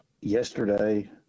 yesterday